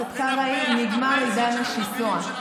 חבר הכנסת קרעי, נגמר עידן השיסוי.